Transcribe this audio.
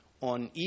on